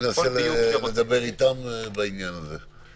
שינסה לדבר איתם בעניין הזה.